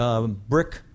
brick